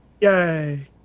Yay